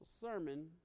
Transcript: sermon